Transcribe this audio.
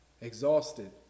exhausted